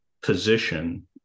position